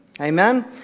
Amen